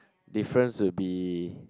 difference will be